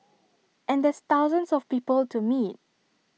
and there's thousands of people to meet